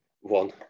one